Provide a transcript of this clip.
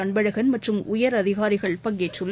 அன்பழன் மற்றும் உயரதிகாரிகள் பங்கேற்றுள்ளனர்